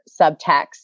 subtext